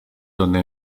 donde